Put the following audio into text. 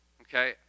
okay